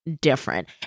different